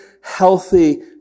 healthy